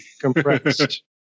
compressed